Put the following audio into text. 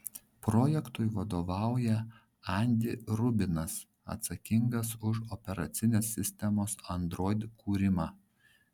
projektui vadovauja andy rubinas atsakingas už operacinės sistemos android kūrimą